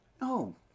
No